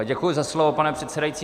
Děkuji za slovo, pane předsedající.